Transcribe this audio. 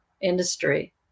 industry